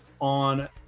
on